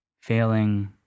failing